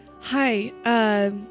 Hi